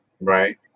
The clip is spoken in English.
Right